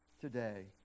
today